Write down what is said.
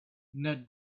not